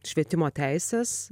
švietimo teises